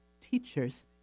teachers